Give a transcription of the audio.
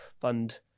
fund